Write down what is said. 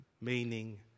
meaning